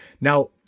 Now